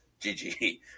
GG